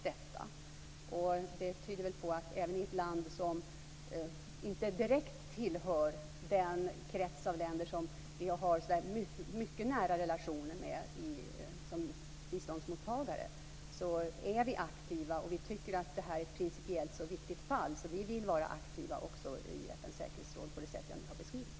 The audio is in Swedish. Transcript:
Det tyder på att vi är aktiva även när det rör ett land som inte direkt tillhör den krets av länder som vi har nära relationer med genom bistånd. Detta fall är så principiellt viktigt att vi vill vara aktiva också i FN:s säkerhetsråd på det sätt jag nu har beskrivit.